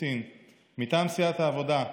יאסין ומטעם סיעת העבודה,